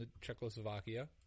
Czechoslovakia